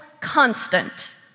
constant